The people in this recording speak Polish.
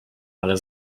ale